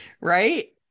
Right